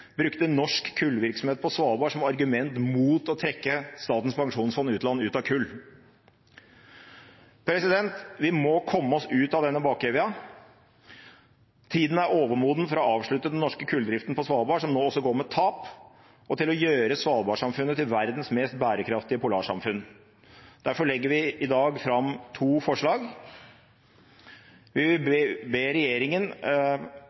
brukte norsk kullvirksomhet på Svalbard som argument mot å trekke Statens pensjonsfond utland ut av kull. Vi må komme oss ut av denne bakevja. Tida er overmoden for å avslutte den norske kulldriften på Svalbard, som nå også går med tap, og til å gjøre Svalbard-samfunnet til verdens mest bærekraftige polarsamfunn. Derfor legger vi i dag fram to forslag: Vi